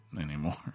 anymore